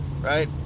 right